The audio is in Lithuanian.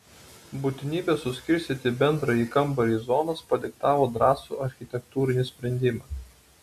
būtinybė suskirstyti bendrąjį kambarį į zonas padiktavo drąsų architektūrinį sprendimą